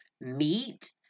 meat